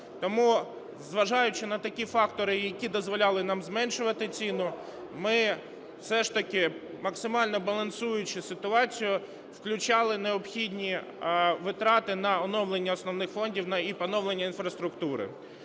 Тому, зважаючи на такі фактори, які дозволяли нам зменшувати ціну, ми все ж таки, максимально балансуючи ситуацію, включали необхідні витрати на оновлення основних фондів і поновлення інфраструктури.